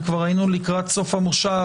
וכבר היינו לקראת סוף המושב,